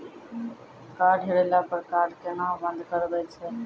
Card हेरैला पर card केना बंद करबै छै?